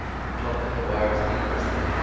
he plucked at the wires heedlessly,